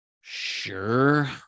sure